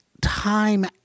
time